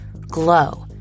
glow